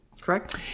correct